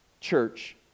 church